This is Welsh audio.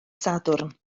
sadwrn